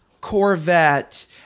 Corvette